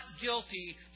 guilty